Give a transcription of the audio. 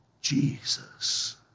Jesus